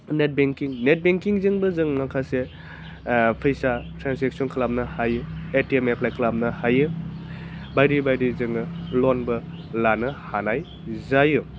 net banking net बेंकिंजोंबो जोङो माखासे माखासे फैसा ट्रान्जेक्सन खालामनो हायो ए टि एम एप्लाइ खालामनो हायो बायदि बायदि जोङो लनबो लानो हानाय जायो